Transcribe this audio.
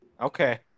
Okay